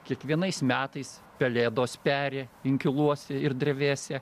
kiekvienais metais pelėdos peri inkiluose ir drevėse